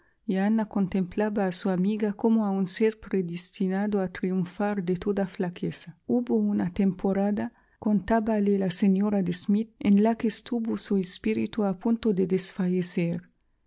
y ana contemplaba a su amiga como a un ser predestinado a triunfar de toda flaqueza hubo una temporada contábale a señora de smith en la que estuvo su espíritu a punto de desfallecer no